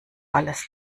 alles